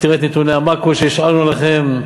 תראו את נתוני המקרו שהשארנו לכם,